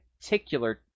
particular